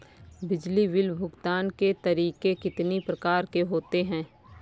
बिजली बिल भुगतान के तरीके कितनी प्रकार के होते हैं?